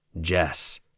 Jess